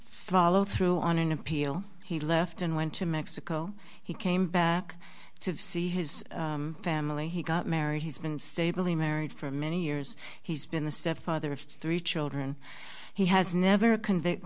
follow through on an appeal he left and went to mexico he came back to see his family he got married he's been stable in marriage for many years he's been the stepfather of three children he has never convict